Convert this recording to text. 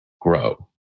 grow